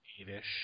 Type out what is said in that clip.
eight-ish